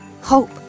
hope